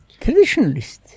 Traditionalist